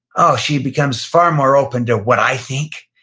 oh, she becomes far more open to what i think.